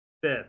fifth